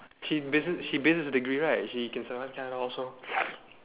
she business she business degree right she can survive there also